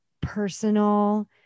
personal